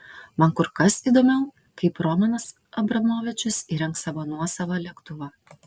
man kur kas įdomiau kaip romanas abramovičius įrengs savo nuosavą lėktuvą